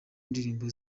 ndirimbo